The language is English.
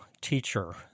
teacher